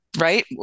right